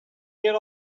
get